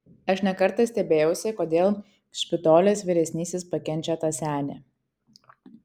aš ne kartą stebėjausi kodėl špitolės vyresnysis pakenčia tą senį